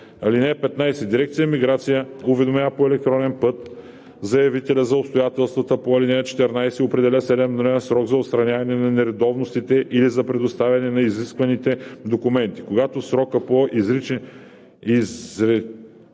(15) Дирекция „Миграция“ уведомява по електронен път заявителя за обстоятелствата по ал. 14 и определя 7-дневен срок за отстраняване на нередовностите или за представяне на изискваните документи. Когато в срока по изречение